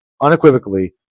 unequivocally